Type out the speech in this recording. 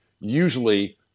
usually